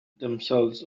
themselves